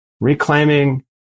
reclaiming